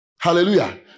Hallelujah